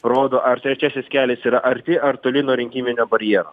rodo ar trečiasis kelias yra arti ar toli nuo rinkiminio barjero